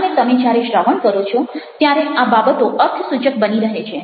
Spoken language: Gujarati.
અને તમે જ્યારે શ્રવણ કરો છો ત્યારે આ બાબતો અર્થસૂચક બની રહે છે